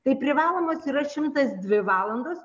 tai privalomos yra šimtas dvi valandos